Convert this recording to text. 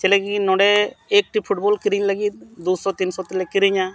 ᱪᱮᱫ ᱞᱟᱹᱜᱤᱫ ᱱᱚᱸᱰᱮ ᱮᱠᱴᱤ ᱯᱷᱩᱴᱵᱚᱞ ᱠᱤᱨᱤᱧ ᱞᱟᱹᱜᱤᱫ ᱫᱩᱥᱚ ᱛᱤᱱ ᱥᱚ ᱛᱮᱞᱮ ᱠᱤᱨᱤᱧᱟ